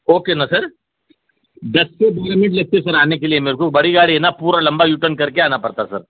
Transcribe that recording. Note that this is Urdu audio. اوکے نا سر دس سے بیس منٹ لگتے سر آنے کے لیے میرے کو بڑی گاڑی ہے نا پورا لمبا یو ٹرن کر کے آنا پڑتا سر